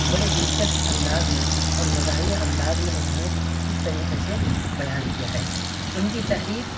بڑے دلچسپ انداز میں اور مزاحیہ انداز میں انہوں نے کس طریقے سے بیان کیا ہے ان کی تحریر